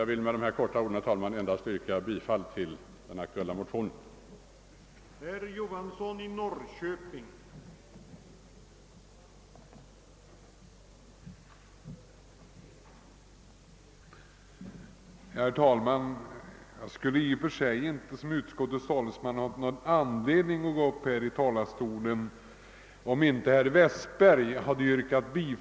Jag vill med dessa få ord, herr talman, yrka bifall till motionsparet I: 466 och II: 436.